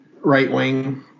right-wing